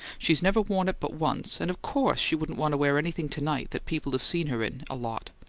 she's never worn it but once, and of course she wouldn't want to wear anything to-night that people have seen her in a lot.